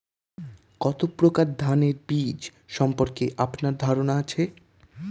কত প্রকার ধানের বীজ সম্পর্কে আপনার ধারণা আছে?